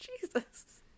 Jesus